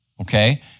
Okay